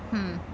mm